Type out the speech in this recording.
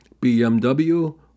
BMW